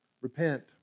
Repent